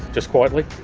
just quietly.